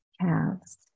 calves